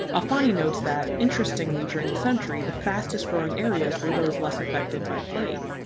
alfani notes that, interestingly, during the century, the fastest-growing areas were those less affected by plague.